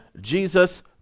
Jesus